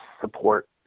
support